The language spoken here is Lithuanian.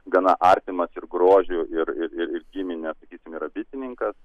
gana artimas ir grožiu ir ir ir gimine sakysim yra bitininkas